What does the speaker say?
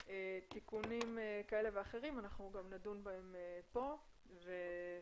תנועה שנדון בהם פה ונתקדם.